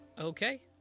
Okay